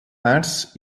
mars